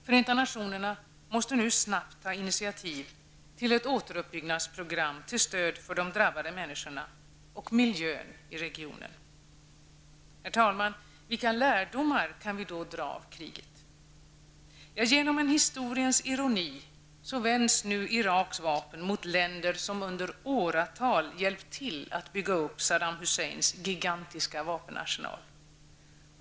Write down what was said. Förenta nationerna måste nu snabbt ta initiativ till ett återuppbyggnadsprogram till stöd för de drabbade människorna och miljön i regionen. Herr talman! Vilka lärdomar kan vi dra av kriget? Genom en historiens ironi vänds nu Iraks vapen mot länder som under åratal hjälpt till att bygga upp Saddam Husseins gigantiska vapenarsenal.